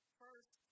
first